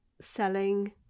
selling